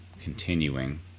continuing